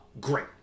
Great